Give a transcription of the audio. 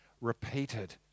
repeated